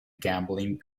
gambling